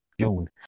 June